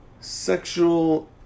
sexual